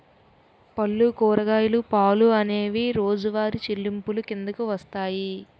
పళ్ళు కూరగాయలు పాలు అనేవి రోజువారి చెల్లింపులు కిందకు వస్తాయి